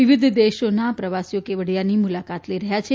વિવિધ દેશોના પ્રવાસીઓ કેવડીયાની મુલાકાત લઇ રહયાં છે